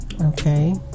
okay